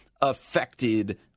affected